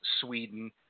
Sweden